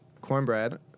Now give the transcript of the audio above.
Cornbread